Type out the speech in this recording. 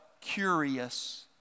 curious